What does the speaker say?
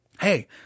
Hey